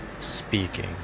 speaking